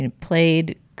played